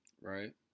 Right